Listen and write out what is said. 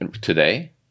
today